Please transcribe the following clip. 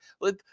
Let